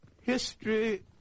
History